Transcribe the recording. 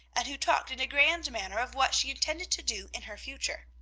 and who talked in a grand manner of what she intended to do in her future.